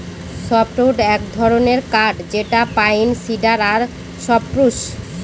softwood এক ধরনের কাঠ যেটা পাইন, সিডার আর সপ্রুস